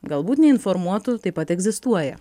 galbūt neinformuotų taip pat egzistuoja